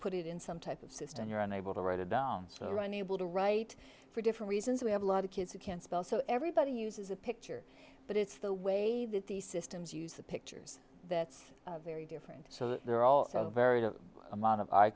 put it in some type of system you're unable to write it down so run able to write for different reasons we have a lot of kids who can't spell so everybody uses a picture but it's the way that these systems use the pictures that's very different so they're all so varied and amount of